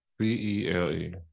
C-E-L-E